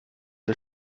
der